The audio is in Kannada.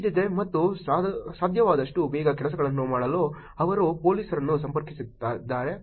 ಮುಗಿದಿದೆ ಮತ್ತು ಸಾಧ್ಯವಾದಷ್ಟು ಬೇಗ ಕೆಲಸಗಳನ್ನು ಮಾಡಲು ಅವರು ಪೊಲೀಸರನ್ನು ಸಂಪರ್ಕಿಸುತ್ತಿದ್ದಾರೆ